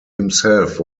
himself